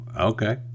okay